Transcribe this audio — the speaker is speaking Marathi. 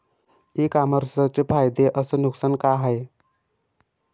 इ कामर्सचे फायदे अस नुकसान का हाये